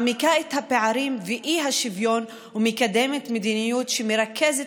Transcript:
מעמיקה את הפערים ואת האי-שוויון ומקדמת מדיניות שמרכזת